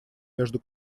между